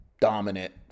dominant